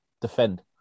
defend